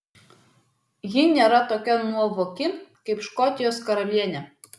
ji nėra tokia nuovoki kaip škotijos karalienė